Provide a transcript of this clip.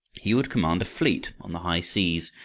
he would command a fleet on the high seas,